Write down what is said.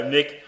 Nick